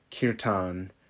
Kirtan